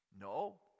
No